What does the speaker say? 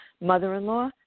mother-in-law